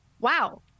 wow